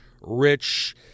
rich